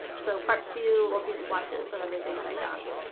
so part two, we'll do swatches of everything that i got.